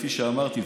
כפי שאמרתי,